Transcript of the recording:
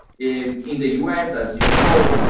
in in the u s, as you know,